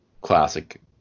classic